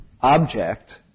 object